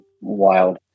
Wild